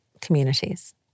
communities